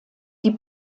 die